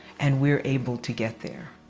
and we're able to get there.